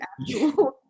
actual